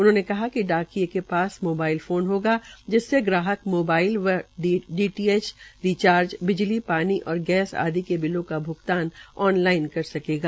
उन्होंने बताया कि डाकिये के पास मोबाइल फोन होना जिसमें ग्राहक मोबाइल व डीटीएच रिजार्च बिजली पानी और गैस आदि के बिलो का भ्गतान ऑन लाइन कर सकता है